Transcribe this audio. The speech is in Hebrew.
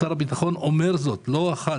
שר הביטחון אומר זאת לא אחת,